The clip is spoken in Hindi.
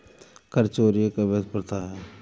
कर चोरी एक अवैध प्रथा है